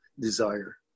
desire